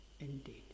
indeed